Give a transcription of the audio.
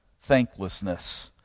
Thanklessness